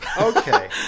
Okay